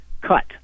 cut